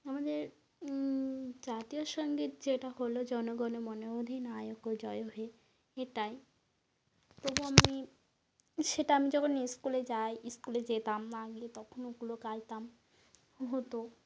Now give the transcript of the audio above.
আমাদের জাতীয় সঙ্গীত যেটা হলো জনগণমন অধিনায়কও জয় হে এটাই তবু আমি সেটা আমি যখন স্কুলে যাই স্কুলে যেতাম আগে তখন ওগুলো গাইতাম হতো